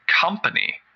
company